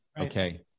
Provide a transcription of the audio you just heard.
Okay